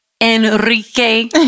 Enrique